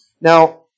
Now